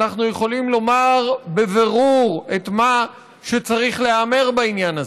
אנחנו יכולים לומר בבירור את מה שצריך להיאמר בעניין הזה: